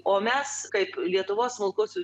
o mes kaip lietuvos smulkaus